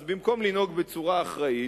אז במקום לנהוג בצורה אחראית,